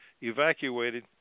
evacuated